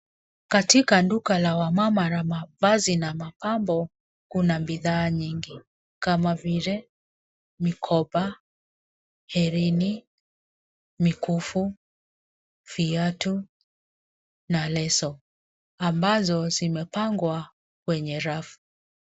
Katika duka la wamama la mavazi na mapambo, kuna bidhaa nyingi kama vile mikoba, herini , mikufu, viatu na leso ambazo zimepangwa kwenye rafu.